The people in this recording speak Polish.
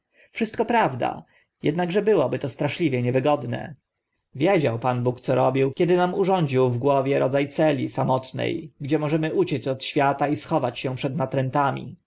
wszystko prawda ednakże byłoby to straszliwie niewygodne wiedział pan bóg co robił kiedy nam urządził w głowie rodza celi samotne gdzie możemy uciec od świata i schować się przed natrętami